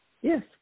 Yes